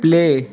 play